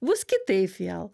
bus kitaip vėl